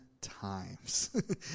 times